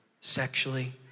sexually